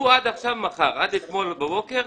הוא מכר פיגומים עד אתמול בבוקר.